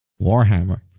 Warhammer